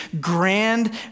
grand